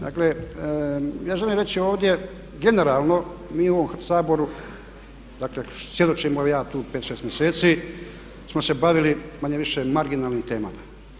Dakle, ja želim reći ovdje generalno, mi u ovom Saboru dakle svjedočimo, evo ja tu 5, 6 mjeseci smo se bavili manje-više marginalnim temama.